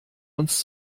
uns